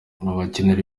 abakenera